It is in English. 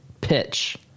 pitch